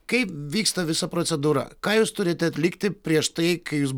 kaip vyksta visa procedūra ką jūs turite atlikti prieš tai kai jūs